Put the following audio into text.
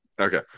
Okay